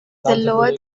lower